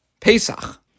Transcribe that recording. Pesach